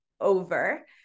over